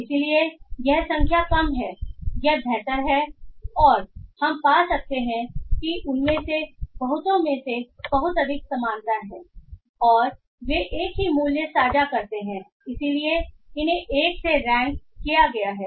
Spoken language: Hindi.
इसलिए यह संख्या कम है यह बेहतर है और हम पा सकते हैं कि उनमें से बहुतों में बहुत अधिक समानता है और वे एक ही मूल्य साझा करते हैं इसलिए इन्हें 1 से रैंक किया गया है